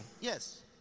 Yes